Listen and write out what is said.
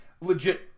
legit